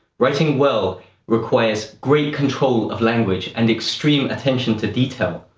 writing well requires great control of language and extreme attention to detail.